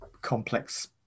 complex